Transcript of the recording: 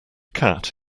cat